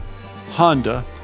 Honda